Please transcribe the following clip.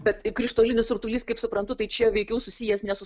bet krištolinis rutulys kaip suprantu tai čia veikiau susijęs ne su